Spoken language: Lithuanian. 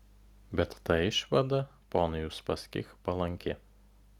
bet ta išvada ponui uspaskich palanki